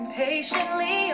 patiently